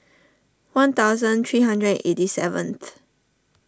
one thousand three hundred and eighty seventh